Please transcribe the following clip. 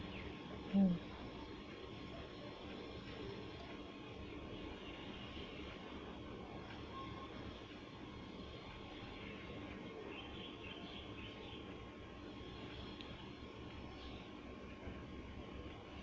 mm